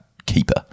Keeper